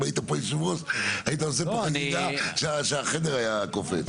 אם היית פה יושב הראש היית עושה פה חגיגה שהחדר היה קופץ.